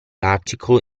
article